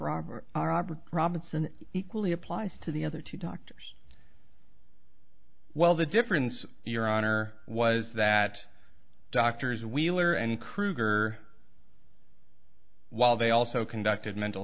robert r obert robinson equally applies to the other two doctors while the difference your honor was that doctors wheeler and krueger while they also conducted mental